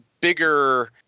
bigger